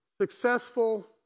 successful